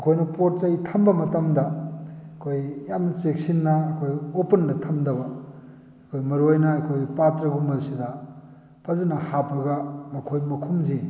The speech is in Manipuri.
ꯑꯩꯈꯣꯏꯅ ꯄꯣꯠ ꯆꯩ ꯊꯝꯕ ꯃꯇꯝꯗ ꯑꯩꯈꯣꯏ ꯌꯥꯝꯅ ꯆꯦꯛꯁꯤꯟꯅ ꯑꯩꯈꯣꯏ ꯑꯣꯄꯟꯗ ꯊꯝꯗꯕ ꯑꯩꯈꯣꯏ ꯃꯔꯨ ꯑꯣꯏꯅ ꯑꯩꯈꯣꯏ ꯄꯥꯠꯇ꯭ꯔꯒꯨꯝꯕꯁꯤꯗ ꯐꯖꯅ ꯍꯥꯞꯄꯒ ꯃꯈꯣꯏ ꯃꯈꯨꯝꯁꯦ